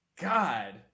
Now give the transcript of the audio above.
God